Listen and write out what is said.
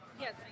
Yes